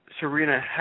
Serena